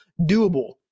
doable